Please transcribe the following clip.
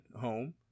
home